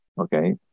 okay